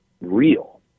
real